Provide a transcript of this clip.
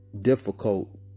difficult